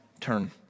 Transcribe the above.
turn